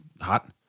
hot